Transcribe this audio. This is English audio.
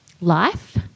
life